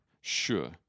sure